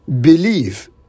Believe